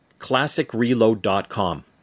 ClassicReload.com